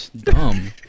dumb